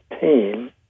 team